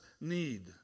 need